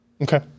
Okay